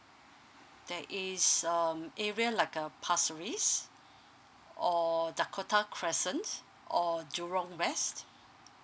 there is um area like a pasaris or dakota crescent or jurong west